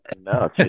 no